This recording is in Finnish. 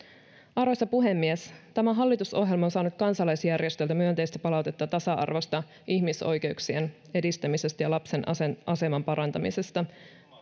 arvoisa puhemies tämä hallitusohjelma on saanut kansalaisjärjestöiltä myönteistä palautetta tasa arvosta ihmisoikeuksien edistämisestä ja lapsen aseman parantamisesta